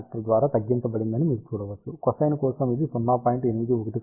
75 factor ద్వారా తగ్గించబడిందని మీరు చూడవచ్చు కొసైన్ కోసం ఇది 0